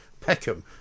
Peckham